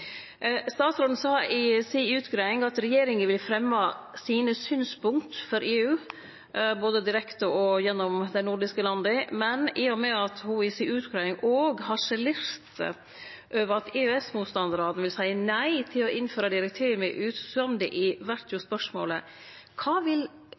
Statsråden sa i utgreiinga si at regjeringa vil fremje synspunkta sine for EU, både direkte og gjennom dei nordiske landa, men i og med at ho i utgreiinga òg harselerte over at EØS-motstandarane vil seie nei til å innføre direktiv me er usamde i, vert jo spørsmålet: Kva vil